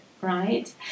right